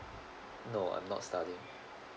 no I'm not studying